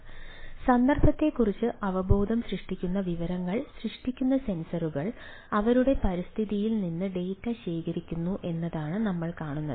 അതിനാൽ സന്ദർഭത്തെക്കുറിച്ച് അവബോധം സൃഷ്ടിക്കുന്ന വിവരങ്ങൾ സൃഷ്ടിക്കുന്ന സെൻസറുകൾ അവരുടെ പരിസ്ഥിതിയിൽ നിന്ന് ഡാറ്റ ശേഖരിക്കുന്നു എന്നതാണ് നമ്മൾ കാണുന്നത്